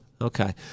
okay